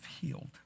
healed